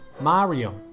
Mario